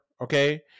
okay